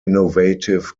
innovative